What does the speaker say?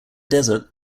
desert